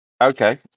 Okay